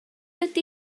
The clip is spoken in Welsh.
ydy